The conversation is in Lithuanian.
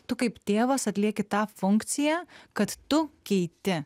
tu kaip tėvas atlieki tą funkciją kad tu keiti